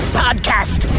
podcast